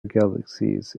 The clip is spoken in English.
galaxies